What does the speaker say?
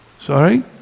Sorry